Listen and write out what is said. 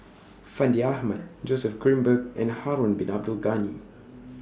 Fandi Ahmad Joseph Grimberg and Harun Bin Abdul Ghani